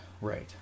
Right